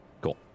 Cool